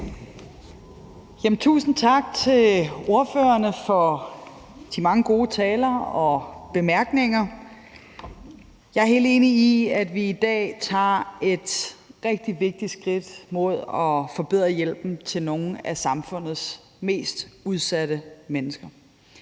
Tusind tak til ordførerne for de mange gode taler og bemærkninger. Jeg er helt enig i, at vi i dag tager et rigtig vigtigt skridt mod at forbedre hjælpen til nogle af samfundets mest udsatte mennesker.